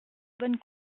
bonnes